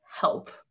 help